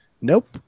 Nope